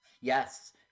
Yes